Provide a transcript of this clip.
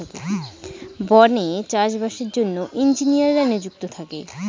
বনে চাষ বাসের জন্য ইঞ্জিনিয়াররা নিযুক্ত থাকে